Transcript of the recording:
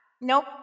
Nope